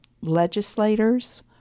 legislators